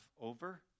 over